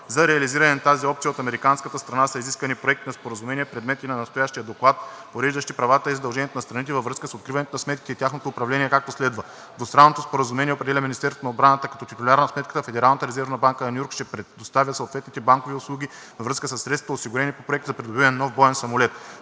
За реализиране на тази опция от американската страна са изискани проекти на споразумения – предмети на настоящия доклад, уреждащи правата и задълженията на страните във връзка с откриването на сметките и тяхното управление, както следва: - Двустранното споразумение определя Министерството на отбраната като титуляр на сметката, а Федералната резервна банка на Ню Йорк ще предоставя съответните банкови услуги във връзка със средствата, осигурени по Проекта за придобиване на нов боен самолет;